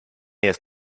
jest